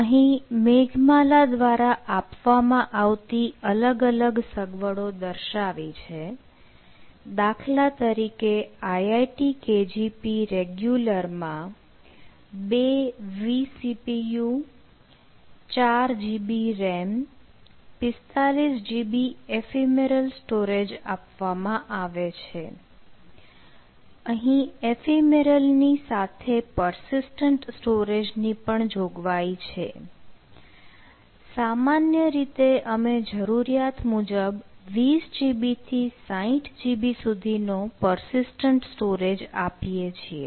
અહીં મેઘમાલા દ્વારા આપવામાં આવતી અલગ અલગ સગવડો દર્શાવી છે દાખલા તરીકે IITKGP regular માં 2 vCPU 4 GB RAM 45 GB ephemeral storage આપીએ છીએ